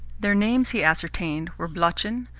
their names, he ascertained, were blochin,